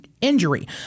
injury